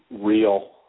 Real